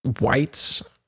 whites